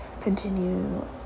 continue